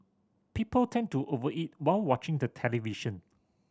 people tend to over eat while watching the television